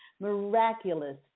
miraculous